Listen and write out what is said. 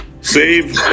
Save